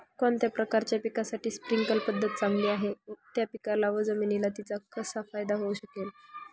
कोणत्या प्रकारच्या पिकासाठी स्प्रिंकल पद्धत चांगली आहे? त्या पिकाला व जमिनीला तिचा कसा फायदा होऊ शकेल?